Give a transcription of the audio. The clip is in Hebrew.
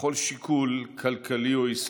לכל שיקול כלכלי או עסקי.